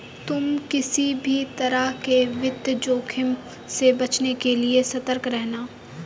तुम किसी भी तरह के वित्तीय जोखिम से बचने के लिए सतर्क रहना